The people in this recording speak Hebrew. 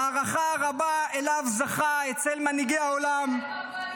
ההערכה הרבה שלה זכה אצל מנהיגי העולם